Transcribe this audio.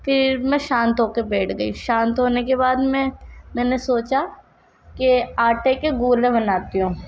پھر میں شانت ہو کے بیٹھ گئی شانت ہونے کے بعد میں میں نے سوچا کہ آٹے کے گولہ بناتی ہوں